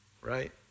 right